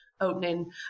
opening